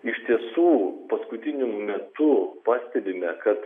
iš tiesų paskutiniu metu pastebime kad